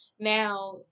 Now